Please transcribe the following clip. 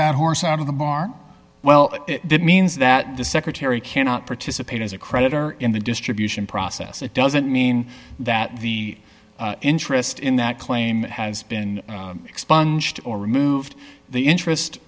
that horse out of the bar well it means that the secretary cannot participate as a creditor in the distribution process it doesn't mean that the interest in that claim has been expunged or removed the interest